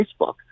Facebook